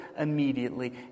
immediately